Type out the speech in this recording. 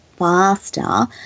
Faster